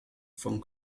von